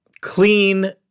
Clean